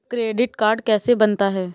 Credit card कैसे बनता है?